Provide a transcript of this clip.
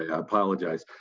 apologize.